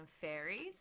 fairies